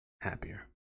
Happier